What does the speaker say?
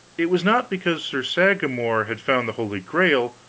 it was not because sir sagramor had found the holy grail,